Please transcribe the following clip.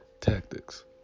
tactics